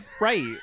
Right